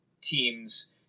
teams